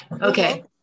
Okay